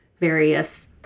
various